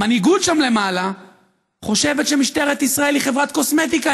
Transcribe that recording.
המנהיגות שם למעלה חושבת שמשטרת ישראל היא חברת קוסמטיקה,